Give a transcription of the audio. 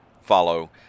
follow